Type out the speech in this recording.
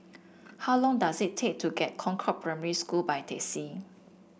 how long does it take to get Concord Primary School by taxi